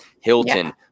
Hilton